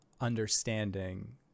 understanding